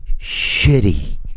shitty